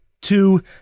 Two